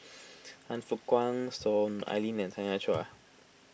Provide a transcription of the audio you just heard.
Han Fook Kwang Soon Ai Ling and Tanya Chua